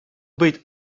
быть